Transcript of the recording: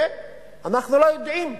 ואנחנו לא יודעים,